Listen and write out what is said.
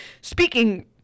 Speaking